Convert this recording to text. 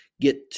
Get